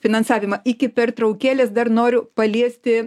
finansavimą iki pertraukėlės dar noriu paliesti